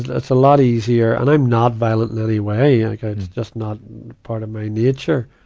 ah it's a lot easier. and i'm not violent in any way. yeah like ah it's just not part of my nature.